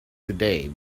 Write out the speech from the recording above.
today